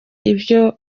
ivyo